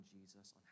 Jesus